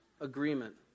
Agreement